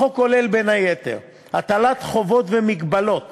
החוק כולל, בין היתר, הטלת חובות ומגבלות